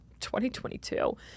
2022